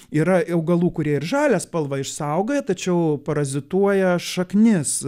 yra augalų kurie ir žalią spalvą išsaugoję tačiau parazituoja šaknis